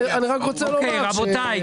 אני רק רוצה לומר --- אוקיי, רבותיי.